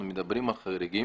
אנחנו מדברים על חריגים.